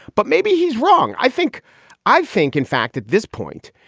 but maybe he's wrong. i think i think, in fact, at this point,